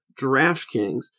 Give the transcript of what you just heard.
DraftKings